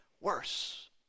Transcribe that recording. worse